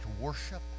worship